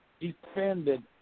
defended